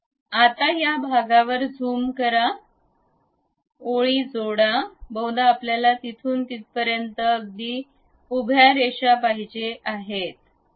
आता या भागावर झूम करा ओळी जोडा बहुदा आपल्याला तिथून तिथपर्यंत अगदी उभ्या रेषा पाहिजे आहेत